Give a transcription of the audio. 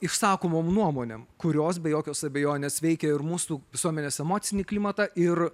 išsakomom nuomonėm kurios be jokios abejonės veikia ir mūsų visuomenės emocinį klimatą ir